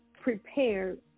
prepared